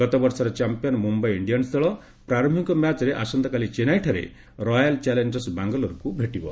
ଗତବର୍ଷର champion Mumbai Indians ଦଳ ପ୍ରାର୍ୟିକ ମ୍ୟାଚ୍ ଆସନ୍ତାକାଲି ଚେନ୍ନାଇଠାରେ ରୟାଲ୍ ଚ୍ୟାଲେଞ୍ଜର୍ସ ବାଙ୍ଗାଲୋର୍କୁ ଭେଟିବ